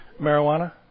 Marijuana